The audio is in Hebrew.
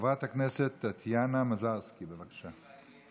חברת הכנסת טטיאנה מזרסקי, בבקשה.